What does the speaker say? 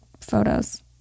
photos